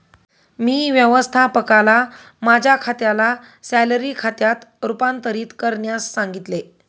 मी व्यवस्थापकाला माझ्या खात्याला सॅलरी खात्यात रूपांतरित करण्यास सांगितले